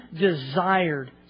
desired